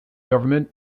government